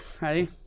Ready